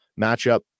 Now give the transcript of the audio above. matchup